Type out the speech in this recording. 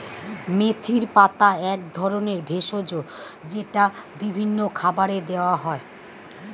মেথির পাতা এক ধরনের ভেষজ যেটা বিভিন্ন খাবারে দেওয়া হয়